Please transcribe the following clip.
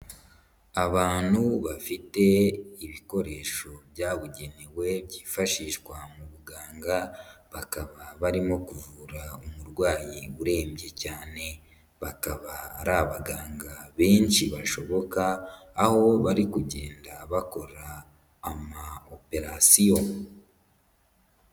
Abantu bafite ibikoresho byabugenewe byifashishwa mu buganga, bakaba barimo kuvura umurwayi urembye cyane. bakaba ari abaganga benshi bashoboka, aho bari kugenda bakora amawoperasiyo.